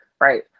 right